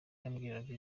yambwiraga